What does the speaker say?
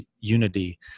unity